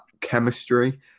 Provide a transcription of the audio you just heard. chemistry